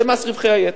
זה מס רווחי היתר.